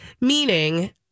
Meaning